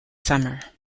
summer